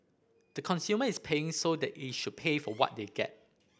the consumer is paying so they should pay for what they get